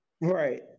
Right